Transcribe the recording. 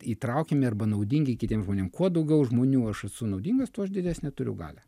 įtraukiami arba naudingi kitiem žmonėm kuo daugiau žmonių aš esu naudingas tuo aš didesnę turiu galią